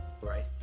right